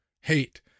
hate